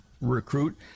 recruit